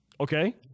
Okay